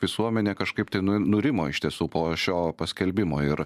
visuomenė kažkaip tai nurimo iš tiesų po šio paskelbimo ir